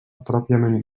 pròpiament